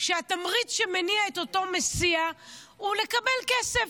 שהתמריץ שמניע את אותו מסיע הוא לקבל כסף,